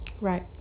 Right